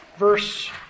verse